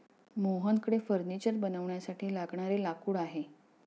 मोहनकडे फर्निचर बनवण्यासाठी लागणारे लाकूड आहे